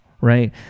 Right